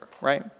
right